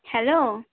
hello